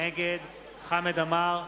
נגד חמד עמאר,